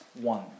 one